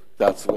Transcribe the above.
תעצרו עכשיו.